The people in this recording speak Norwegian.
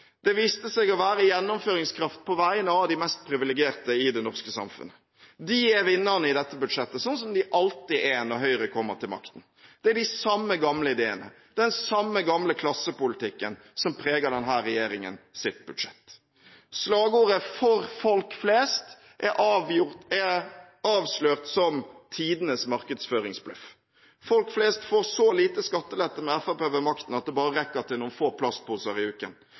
Det viste seg å være gjennomføringskraft på vegne av de mest privilegerte i det norske samfunnet. De er vinnerne i dette budsjettet, slik de alltid er når Høyre kommer til makten. Det er de samme gamle ideene og den samme gamle klassepolitikken som preger denne regjeringens budsjett. Slagordet «for folk flest» er avslørt som tidenes markedsføringsbløff. Folk flest får så lite skattelette med Fremskrittspartiet ved makten at det bare rekker til noen få plastposer i uken,